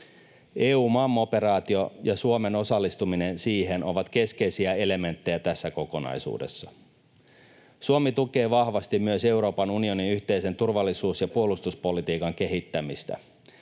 EUMAM-operaatio ja Suomen osallistuminen siihen ovat keskeisiä elementtejä tässä kokonaisuudessa. Suomi tukee vahvasti myös Euroopan unionin yhteisen turvallisuus- ja puolustuspolitiikan kehittämistä.